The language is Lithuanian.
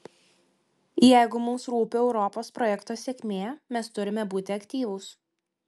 jeigu mums rūpi europos projekto sėkmė mes turime būti aktyvūs